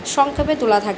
সংক্ষেপে তোলা থাকে